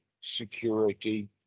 security